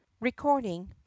Recording